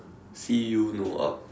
feel no up